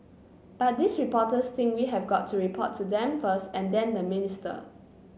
but these reporters think we have got to report to them first and then the minister